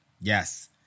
Yes